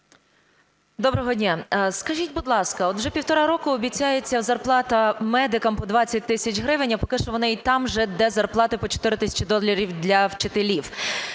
Доброго дня! Скажіть, будь ласка, от вже півтора року обіцяється зарплата медикам по 20 тисяч гривень, а поки що вони і там же, де зарплати по 4 тисячі доларів для вчителів.